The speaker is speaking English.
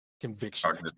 conviction